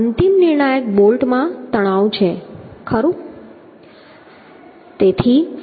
આ અંતિમ નિર્ણાયક બોલ્ટમાં તણાવ છે ખરું